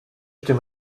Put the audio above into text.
tym